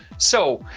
so,